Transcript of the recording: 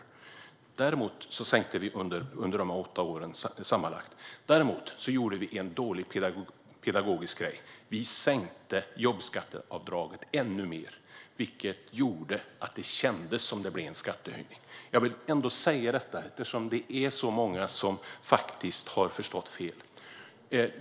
Vi sänkte alltså skatten med sammanlagt så mycket under dessa åtta år. Däremot gjorde vi en pedagogiskt dålig grej: Vi höjde jobbskatteavdraget ännu mer, vilket gjorde att det kändes som att det blev en skattehöjning för pensionärerna. Jag vill säga detta eftersom det är så många som har förstått fel.